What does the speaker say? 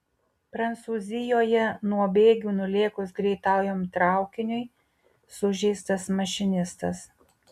prancūzijoje nuo bėgių nulėkus greitajam traukiniui sužeistas mašinistas